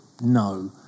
no